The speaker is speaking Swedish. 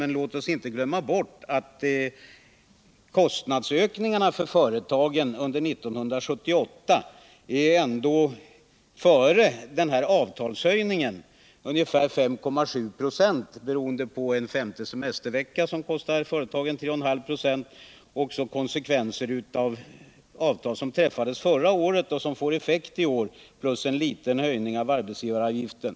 Men låt oss inte glömma bort att kostnadsökningarna för företagen under 1978 redan före avtalshöjningen är 5,7 96, beroende på en femte semestervecka som kostar företagen 3,5 96, på konsekvenser av avtal som träffades förra året och som får effekt i år och på en liten höjning av arbetsgivaravgiften.